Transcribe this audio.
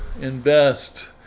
invest